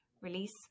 release